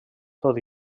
tot